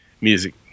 music